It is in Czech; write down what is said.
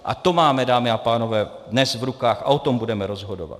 A to máme, dámy a pánové, dnes v rukách a o tom budeme rozhodovat.